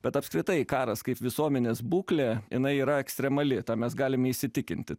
bet apskritai karas kaip visuomenės būklė jinai yra ekstremali tą mes galim įsitikinti